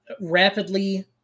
rapidly